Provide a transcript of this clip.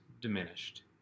diminished